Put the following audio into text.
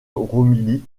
romilly